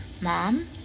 Mom